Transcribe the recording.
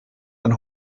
ein